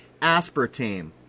aspartame